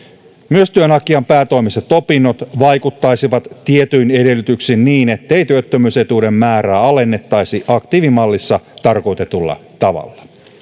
myös työnhakijan päätoimiset opinnot vaikuttaisivat tietyin edellytyksin niin ettei työttömyysetuuden määrää alennettaisi aktiivimallissa tarkoitetulla tavalla